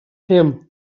him